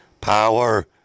power